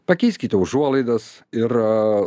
pakeiskite užuolaidas ir a